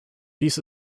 dies